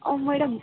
ಓಹ್ madam